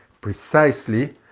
precisely